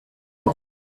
off